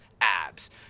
abs